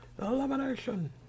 Elimination